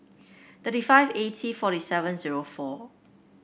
thirty five eighty forty seven zero four